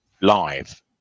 live